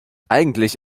eigentlich